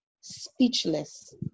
Speechless